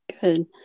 Good